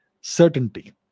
certainty